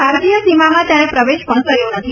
ભારતીય સીમામાં તેણે પ્રવેશ પણ કર્યો નથી